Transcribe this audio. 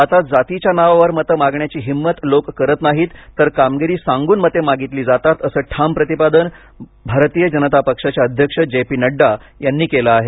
आता जातीच्या नावावर मते मागण्याची हिंमत लोक करीत नाहीत तर कामगिरी सांगून मते मागितली जातात असं ठाम प्रतिपादन भारतीय जनता पक्षाचे अध्यक्ष जे पी नङ्डा यांनी केलं आहे